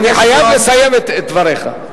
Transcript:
אני חייב לסיים את דבריך.